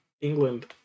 England